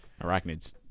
Arachnids